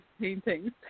paintings